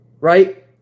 Right